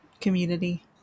community